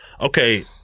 okay